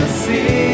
see